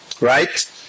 right